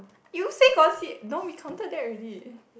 you said gossip no we counted that already